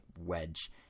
wedge